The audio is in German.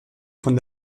von